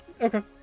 Okay